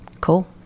cool